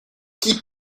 qui